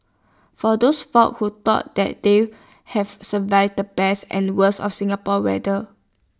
for those folks who thought that they have survived the best and the worst of Singapore weather